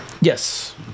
Yes